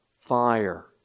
fire